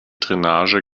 drainage